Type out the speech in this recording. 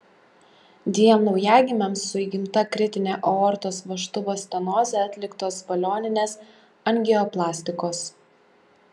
dviem naujagimiams su įgimta kritine aortos vožtuvo stenoze atliktos balioninės angioplastikos